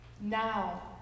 Now